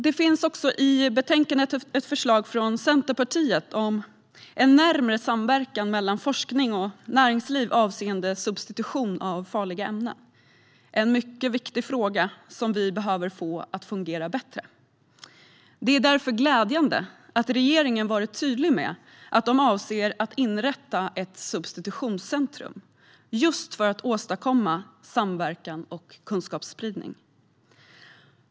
Det finns också i betänkandet ett förslag från Centerpartiet om en närmare samverkan mellan forskning och näringsliv avseende substitution av farliga ämnen. Det är en mycket viktig fråga som behöver fungera bättre. Det är därför glädjande att regeringen varit tydlig med att den avser att inrätta ett substitutionscentrum just för att åstadkomma samverkan och kunskapsspridning.